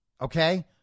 okay